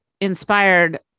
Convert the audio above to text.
inspired